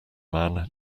man